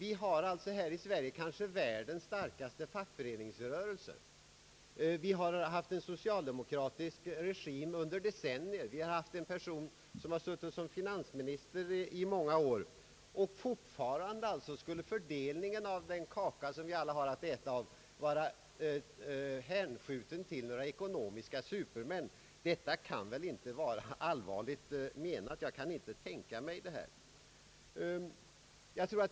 I Sverige har vi världens kanske starkaste fackföreningsrörelse. Vi har haft en socialdemokratisk regim under decennier. Vi har haft en person som har suttit såsom finansminister i många år, och fortfarande skulle alltså fördelningen av den kaka som vi alla har att äta av vara hänskjuten till några ekonomiska supermän. Det påståendet kan väl inte vara allvarligt menat. Jag kan inte tänka mig det.